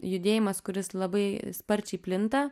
judėjimas kuris labai sparčiai plinta